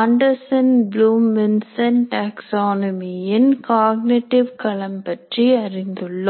Anderson Bloom Vincent taxonomy in cognitive களம் பற்றி அறிந்துள்ளோம்